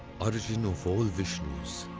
origin of all vishnus,